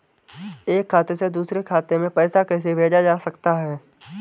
एक खाते से दूसरे खाते में पैसा कैसे भेजा जा सकता है?